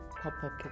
pop-up